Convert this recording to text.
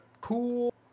cool